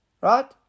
Right